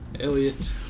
Elliot